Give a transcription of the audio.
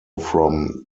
from